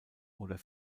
oder